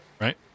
right